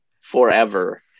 forever